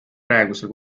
praegusel